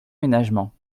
ménagement